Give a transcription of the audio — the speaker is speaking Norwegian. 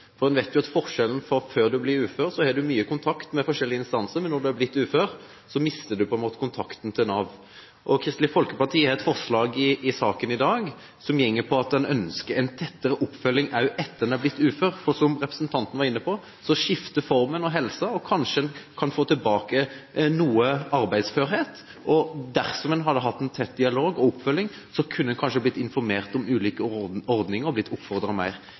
Før en blir ufør, har en mye kontakt med forskjellige instanser, men når en er blitt ufør, mister en på en måte kontakten med Nav. Kristelig Folkeparti har et forslag i saken i dag som går på at en ønsker en tettere oppfølging også etter at en er blitt ufør. For, som representanten var inne på, skifter formen og helsen, og kanskje kan en få tilbake noe arbeidsførhet. Dersom en hadde hatt en tett dialog og oppfølging, kunne en kanskje blitt informert om ulike ordninger og blitt oppfordret mer.